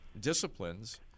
disciplines